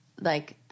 Like-